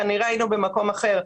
כנראה היינו במקום אחר.